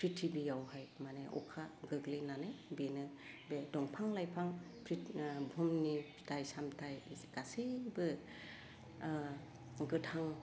फ्रिथिबियावहाय माने अखा गोग्लैनानै बेनो बे दंफां लाइफां फ्रिथ ओह बुहुमनि फिथाइ सामथाइ गासैबो ओह गोथां